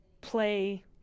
play